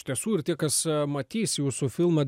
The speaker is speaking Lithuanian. iš tiesų ir tie kas matys jūsų filmą